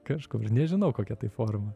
kažkur nežinau kokia tai forma